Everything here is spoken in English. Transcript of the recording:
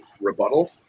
rebuttal